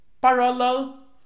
parallel